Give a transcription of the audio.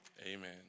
amen